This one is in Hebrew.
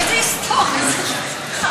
איזה "היסטורית"?